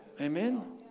Amen